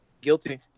Guilty